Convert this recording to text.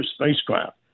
spacecraft